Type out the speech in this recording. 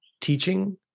teaching